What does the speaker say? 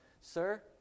sir